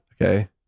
okay